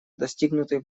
достигнутый